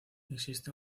existe